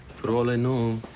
for all i know,